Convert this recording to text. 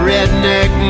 Redneck